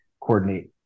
coordinate